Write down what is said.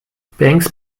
banks